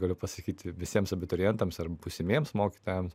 galiu pasakyti visiems abiturientams ar būsimiems mokytojams